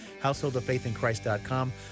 householdoffaithinchrist.com